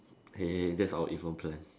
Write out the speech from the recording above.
hey that's our evil plan